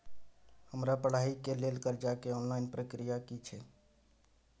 हमरा पढ़ाई के लेल कर्जा के ऑनलाइन प्रक्रिया की छै?